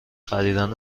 خریدن